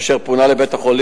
אשר פונה לבית-החולים,